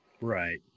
Right